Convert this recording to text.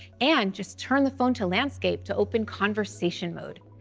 and just turn the phone to landscape to open conversation mode.